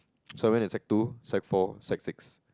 so I went in sec two sec four sec six